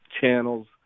channels